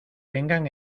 vengan